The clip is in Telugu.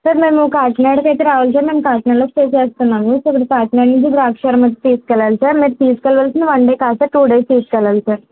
సార్ మేము కాకినాడకైతే రావాలి సార్ మేము కాకినాడలో స్టే చేస్తున్నాము సో మీరు కాకినాడ నుంచి ద్రాక్షారామం వచ్చి తీసుకెళ్ళాలి సార్ మీరు తీసుకెళ్ళాల్సింది వన్ డే కాదు సార్ టూ డేస్ తీసుకెళ్ళాలి సార్